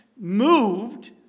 moved